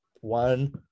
one